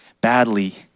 badly